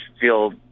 feel